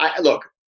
Look